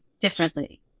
differently